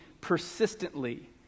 persistently